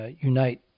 unite